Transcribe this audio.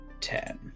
ten